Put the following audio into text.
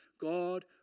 God